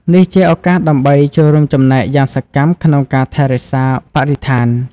នេះជាឱកាសដើម្បីចូលរួមចំណែកយ៉ាងសកម្មក្នុងការថែរក្សាបរិស្ថាន។